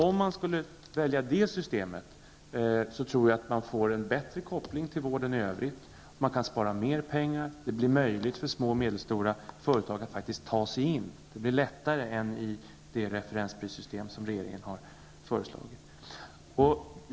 Om man skulle välja ett sådant system tror jag att man får en bättre koppling till vården i övrigt, man kan spara mer pengar och det blir möjligt för små och medelstora företag att ta sig in. Det blir lättare än med det referensprissystem som regeringen har föreslagit.